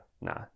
Nah